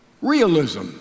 realism